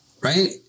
right